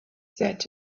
said